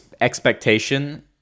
expectation